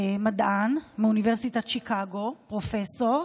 מדען מאוניברסיטת שיקגו, פרופסור,